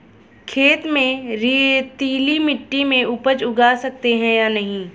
खेत में रेतीली मिटी में उपज उगा सकते हैं या नहीं?